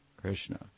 Krishna